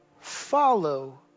follow